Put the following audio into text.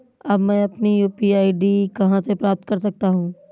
अब मैं अपनी यू.पी.आई आई.डी कहां से प्राप्त कर सकता हूं?